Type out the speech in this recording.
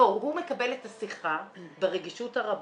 לא, הוא מקבל את השיחה ברגישות הרבה,